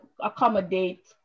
accommodate